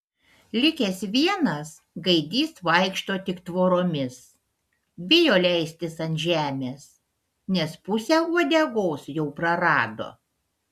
likęs vienas gaidys vaikšto tik tvoromis bijo leistis ant žemės nes pusę uodegos jau prarado